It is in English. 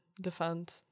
defend